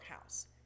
house